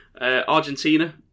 Argentina